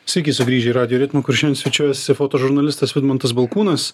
sveiki sugrįžę į radijo ritmą kur svečiuojasi fotožurnalistas vidmantas balkūnas